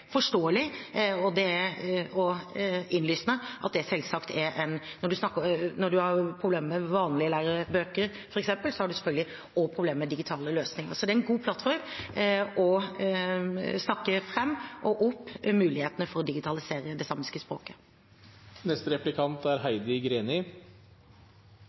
forståelig og innlysende, for når man f.eks. har problemer med vanlige lærebøker, har man selvfølgelig også problemer med digitale løsninger. Det er en god plattform for å snakke fram og opp mulighetene for å digitalisere det